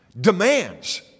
Demands